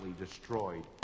destroyed